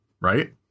Right